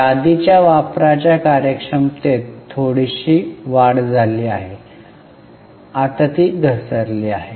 यादी च्या वापराच्या कार्यक्षमतेत थोडीशी वाढ झाली होती आता ती घसरली आहे